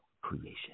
creation